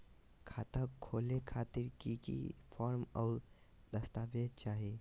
खाता खोले खातिर की की फॉर्म और दस्तावेज चाही?